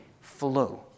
flu